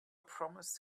promised